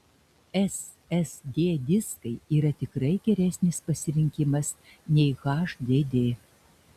ssd diskai yra tikrai geresnis pasirinkimas nei hdd